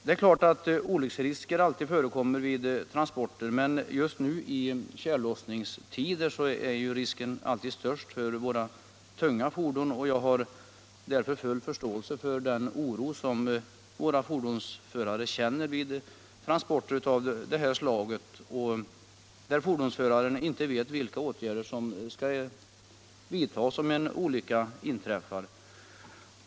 Det är klart att olycksrisker alltid förekommer vid transporter, men just nu i tjällossningstider är risken störst för våra tunga fordon. Jag har därför full förståelse för den oro som fordonsförarna känner vid transporter av det här slaget när de inte vet vilka åtgärder som skall vidtas om en olycka inträffar.